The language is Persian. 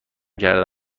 کرده